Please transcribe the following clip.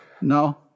no